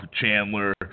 chandler